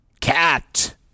Cat